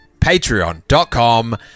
patreon.com